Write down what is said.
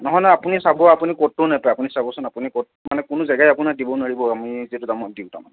নহয় নহয় আপুনি চাব আপুনি ক'তো নাপায় আপুনি চাবচোন আপুনি ক কোনো জেগাই আপোনাক দিব নোৱাৰিব আমি যিটো দামত দিও তাৰমানে